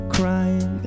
crying